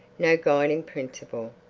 no guiding principle,